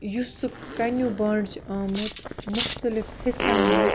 یُس سُہ کَنیٛو بَنٛڈ چھُ آمُت مختلف حِصَن منٛز